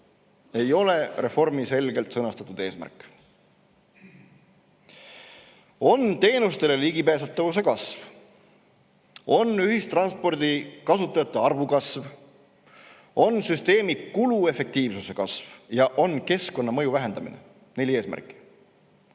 ei ole reformi selgelt sõnastatud eesmärk. On teenustele ligipääsetavuse kasv, on ühistranspordi kasutajate arvu kasv, on süsteemi kuluefektiivsuse kasv ja on keskkonnamõju vähendamine – neli eesmärki.